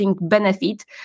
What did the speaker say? benefit